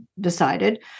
decided